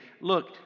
look